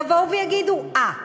יבואו ויגידו: אה,